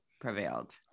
prevailed